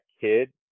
kid